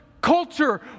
culture